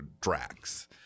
Drax